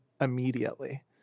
immediately